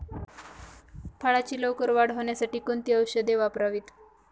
फळाची लवकर वाढ होण्यासाठी कोणती औषधे वापरावीत?